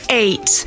eight